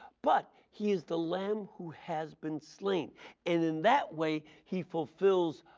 but he is the lamb who has been slain and in that way he fulfills